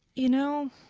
you know,